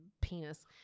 penis